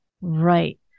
Right